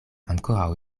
ankoraŭ